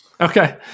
Okay